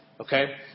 Okay